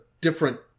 different